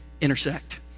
intersect